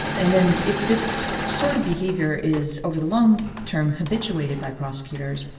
and then if this sort of behavior is over the long term, habituated by prosecutors,